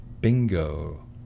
Bingo